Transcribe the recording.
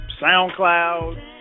SoundCloud